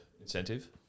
incentive